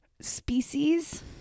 species